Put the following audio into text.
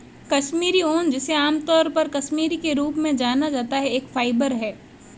कश्मीरी ऊन, जिसे आमतौर पर कश्मीरी के रूप में जाना जाता है, एक फाइबर है